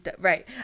right